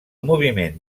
moviment